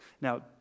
Now